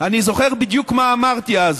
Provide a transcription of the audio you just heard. אני זוכר בדיוק מה אמרתי אז: